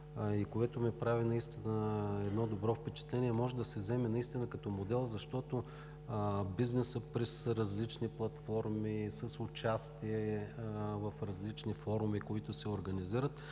и което ми прави добро впечатление. Може да се вземе като модел, защото бизнесът през различни платформи, с участие в различни форуми, които се организират,